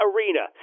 Arena